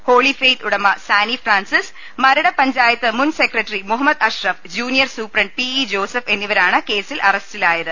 holy Faith ഉടമ സാനി ഫ്രാൻസിസ് മരട് പഞ്ചായത്ത് മുൻ secretary Muhammad Ashraf junior superintendent P E Joseph എന്നിവരാണ് കേസിൽ അറസ്റ്റിലായത്